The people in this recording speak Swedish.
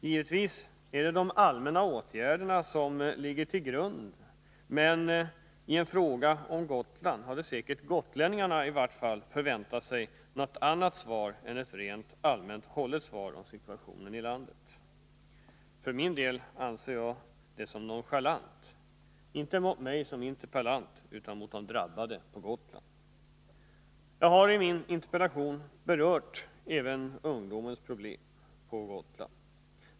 Givetvis är det de allmänna åtgärderna som ligger till grund, men i en fråga om Gotland hade säkert i vart fall gotlänningarna förväntat sig något annat än ett rent allmänt hållet svar om situationen i hela landet. För min del anser jag detta svar nonchalant, inte mot mig som interpellant, utan mot de drabbade på Gotland. Jag har i min interpellation berört även ungdomens problem på Gotland.